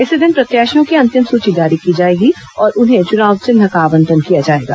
इसी दिन प्रत्याशियों की अंतिम सूची जारी की जाएगी और उन्हें चुनाव चिन्ह का आवंटन किया जाएगा